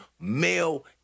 male